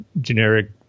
generic